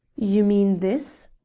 you mean this?